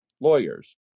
lawyers